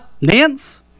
Nance